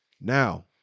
Now